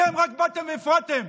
אתם רק באתם והפרעתם.